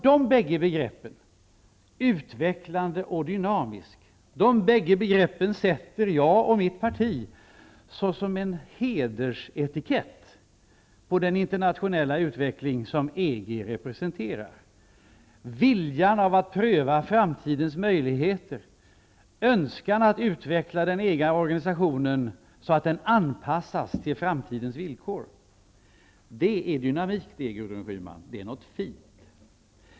Dessa begrepp, utveckling och dynamik, sätter jag och mitt parti som en hedersetikett på den internationella utveckling som EG representerar. Man har viljan att pröva framtidens möjligheter och önskan att utveckla den egna organisationen så att den anpassas till framtidens villkor. Det är dynamik det, Gudrun Schyman. Det är något fint.